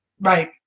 Right